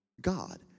God